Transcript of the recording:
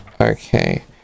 Okay